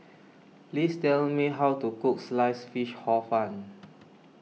please tell me how to cook Sliced Fish Hor Fun